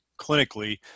clinically